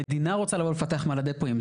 המדינה רוצה לבוא ולפתח על הדפואים.